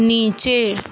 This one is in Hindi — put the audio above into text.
नीचे